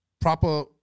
proper